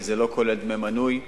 וזה לא כולל דמי מנוי.